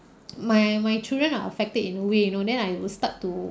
my my children are affected in a way you know then I will start to